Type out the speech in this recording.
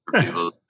people